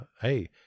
hey